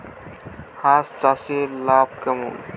হাঁস চাষে লাভ কেমন?